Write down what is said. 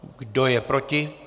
Kdo je proti?